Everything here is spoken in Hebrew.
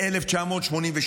וב-1982,